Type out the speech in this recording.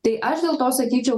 tai aš dėl to sakyčiau